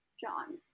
John